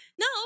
No